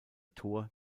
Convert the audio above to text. tor